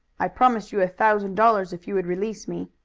i promised you a thousand dollars if you would release me.